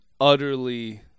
utterly